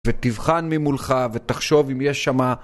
ותבחן ממולך, ותחשוב אם יש שמה...